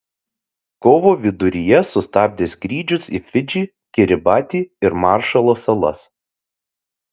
kovo viduryje sustabdė skrydžius į fidžį kiribatį ir maršalo salas